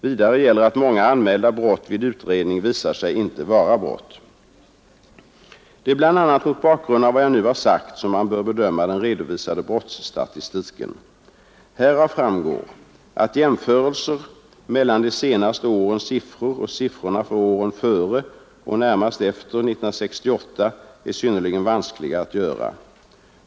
Vidare gäller att många anmälda brott vid utredning visar sig inte vara brott. Det är bl.a. mot bakgrunden av vad jag nu har sagt som man bör bedöma den redovisade brottsstatistiken. Härav framgår att jämförelser mellan de senaste årens siffror och siffrorna för åren före — och närmast efter — 1968 är synnerligen vanskliga att göra.